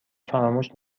فراموش